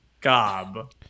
Gob